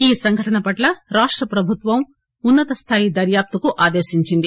ఈ సంఘటన పట్ల రాష్ట ప్రభుత్వం ఉన్న తస్థాయి ధర్యాప్తుకు ఆదేశించింది